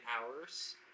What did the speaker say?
hours